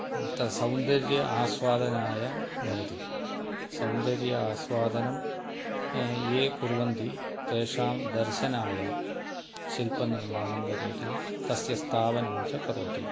तत् सौन्दर्य आस्वादनाय भवति सौन्दर्य आस्वादनं ये कुर्वन्ति तेषां दर्शनाय शिल्पनिर्माणं करोति तस्य स्थापनं च करोति